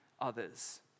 others